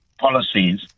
policies